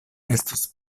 estos